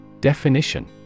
Definition